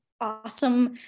awesome